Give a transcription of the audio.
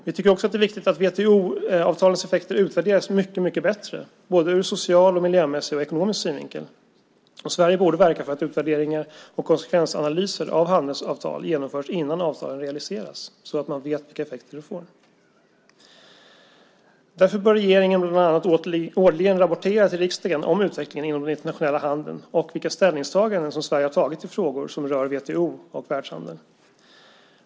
Vi tycker också att det är viktigt att WTO-avtalets effekter utvärderas mycket bättre ur både social, miljömässig och ekonomisk synvinkel. Sverige borde verka för att utvärderingar och konsekvensanalyser av handelsavtal genomförs innan avtalen realiseras så att man vet vilka effekter de får. Därför bör regeringen bland annat årligen rapportera till riksdagen om utvecklingen inom den internationella handeln och vilka ställningstaganden som Sverige har gjort i frågor som rör WTO och världshandeln.